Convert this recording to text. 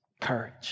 Courage